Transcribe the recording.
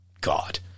god